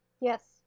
Yes